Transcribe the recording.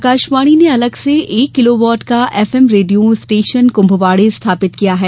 आकाशवाणी ने अलग से एक किलोवाट का एफएम रेडियो स्टेशन कृम्भवाणी स्थापित किया है